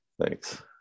Thanks